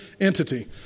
entity